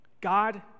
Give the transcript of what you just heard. God